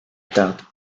tarde